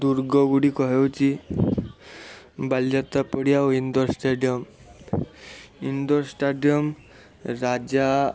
ଦୁର୍ଗ ଗୁଡ଼ିକ ହେଉଛି ବାଲିଯାତ୍ରା ପଡ଼ିଆ ଆଉ ଇନ୍ଦୋର ଷ୍ଟାଡ଼ିୟମ୍ ଇନ୍ଦୋର ଷ୍ଟାଡ଼ିୟମ୍ ରାଜା